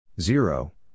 zero